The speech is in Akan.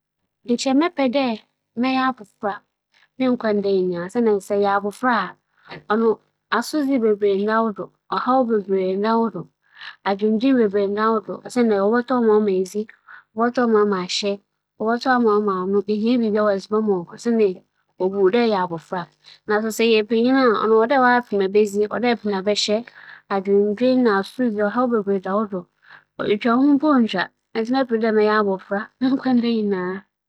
Mebɛpɛ dɛ mebɛyɛ abofra mo nkwa nda nyinara kyɛn dɛ mebɛyɛ panyin mo nkwa nda nyinara. Siantsir nye dɛ, sɛ eyɛ abofra a, wo ntarhyɛ mu, oedzidzi mu, beebi a edze wo tsir bͻto nyinara ne nyinara wͻ w'awofo nsɛm dɛm ntsi ͻnnhyɛ da nnhaw dɛm mbom ber ara ebɛyɛ panyin, ͻto gye woara dɛ ebͻhwehwɛ kwan a ebɛfa do ma dɛm ndzɛmba yi nyinara wo nsa aka. ͻba no dɛm a, eyɛ hahaaha nkankaara dɛ nnya sika edze bͻbͻ dɛm ndzɛmba yi bra.